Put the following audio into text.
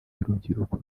y’urubyiruko